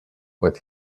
what